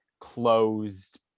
closed